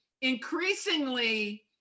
increasingly